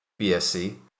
BSC